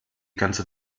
ganze